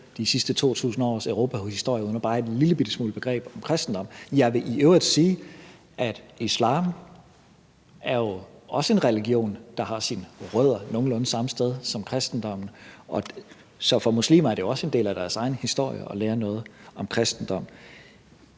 de sidste 2.000 års europahistorie uden bare at have en lille smule begreb om kristendom. Jeg vil i øvrigt sige, at islam jo også er en religion, der har sine rødder nogenlunde samme sted som kristendommen, så for muslimer er det jo også en del af deres egen historie at lære noget om kristendom.